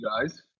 guys